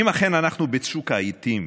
אם אכן אנחנו בצוק העיתים